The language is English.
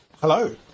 Hello